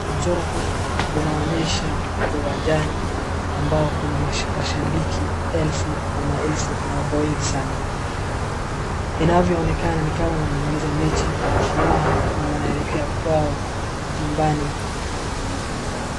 Mchoro huu unaonyesha uwanjani ambao kuna washabiki elefu ama maelfu na wako wengi sana. Inavyoonekana nikama wamemaliza mechi na wanaelekea kwao nyumbani.